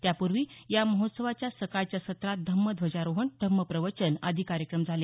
त्यापूर्वी या महोत्सवाच्या सकाळच्या सत्रात धम्म ध्वजारोहण धम्म प्रवचन आदी कार्यक्रम झाले